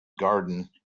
garden